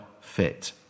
fit